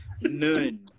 None